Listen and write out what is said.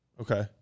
Okay